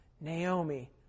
Naomi